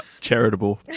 charitable